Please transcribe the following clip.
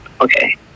Okay